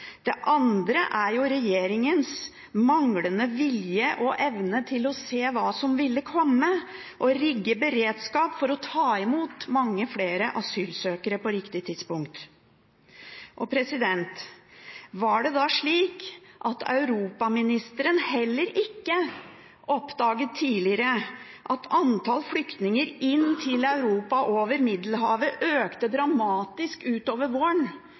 er. Den andre er regjeringens manglende vilje og evne til å se hva som ville komme, og rigge beredskap på riktig tidspunkt for å ta imot mange flere asylsøkere. Var det da slik at europaministeren heller ikke oppdaget tidligere at antallet flyktninger inn til Europa over Middelhavet økte dramatisk utover våren,